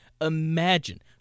Imagine